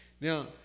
now